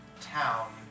town